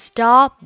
Stop